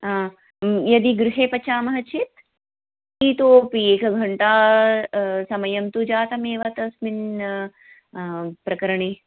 यदि गृहे पचामः चेत् इतोपि एकघण्टा समयं तु जातमेव तस्मिन् प्रकरणे